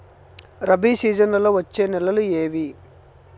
రబి సీజన్లలో వచ్చే నెలలు ఏవి?